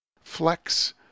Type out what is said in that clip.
Flex